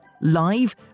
live